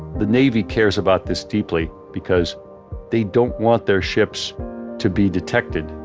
the navy cares about this deeply because they don't want their ships to be detected.